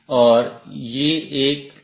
और यह एक व्हाईल लूप में चल रहा है